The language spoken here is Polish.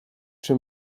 czy